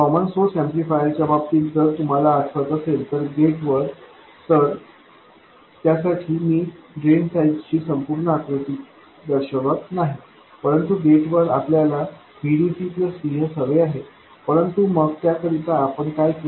common source amplifier च्या बाबतीत जर तुम्हाला आठवत असेल तर गेट वर तर त्यासाठी मी ड्रेन साईड ची संपूर्ण आकृती दर्शवित नाही परंतु गेट वर आपल्याला Vdc Vs हवे आहे परंतु मग त्याकरिता आपण काय केले